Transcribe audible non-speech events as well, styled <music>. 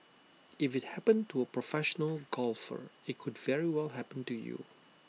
if IT happened to A <noise> professional golfer IT could very well happen to you